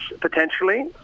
potentially